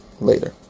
later